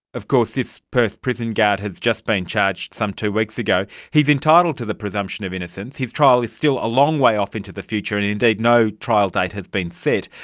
of course this perth prison guard has just been charged some two weeks ago. he is entitled to the presumption of innocence. his trial is still a long way off into the future, and and indeed no trial date has been set.